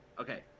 okay